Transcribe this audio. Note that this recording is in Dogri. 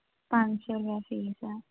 पंज सौ रपेऽ फीस ऐ